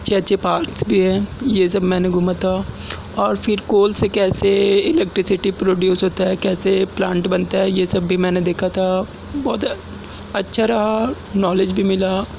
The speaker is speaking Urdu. اچھے اچھے پارکس بھی ہیں یہ سب میں نے گھوما تھا اور پھر کول سے کیسے الیکٹریسٹی پروڈیوس ہوتا ہے کیسے پلانٹ بنتا ہے یہ سب بھی میں نے دیکھا تھا بہت اچھا رہا نالج بھی ملا